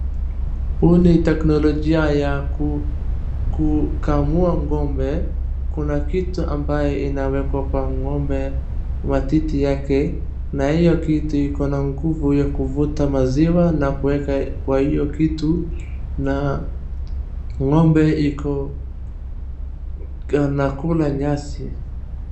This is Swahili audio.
Huu ni teknolojia ya ku, kukamua ng'ombe. Kuna kitu ambaye inawekwa kwa ng'ombe matiti yake. Na hiyo kitu iko na nguvu ya kuvuta maziwa na kuweka kwa hiyo kitu. Na ng'ombe iko, anakula nyasi.